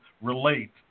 relate